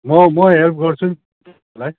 म म हेल्प गर्छु